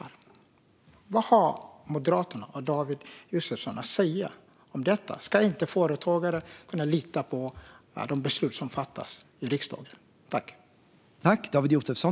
Vad har Moderaterna och David Josefsson att säga om detta? Ska inte företagare kunna lita på de beslut som fattas i riksdagen?